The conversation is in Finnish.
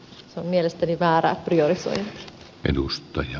se on mielestäni väärää joissain edustaja